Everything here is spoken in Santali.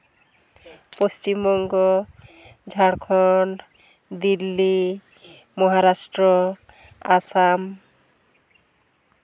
ᱯᱚᱥᱪᱤᱢ ᱵᱚᱝᱜᱚ ᱡᱷᱟᱲᱠᱷᱚᱱ ᱫᱤᱞᱞᱤ ᱢᱚᱦᱟᱨᱟᱥᱴᱨᱚ ᱟᱥᱟᱢ